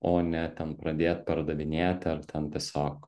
o ne ten pradėt pardavinėti ar ten tiesiog